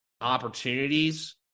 opportunities